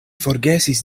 forgesis